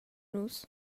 nus